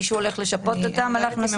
מישהו הולך לשפות אותם בגין זה?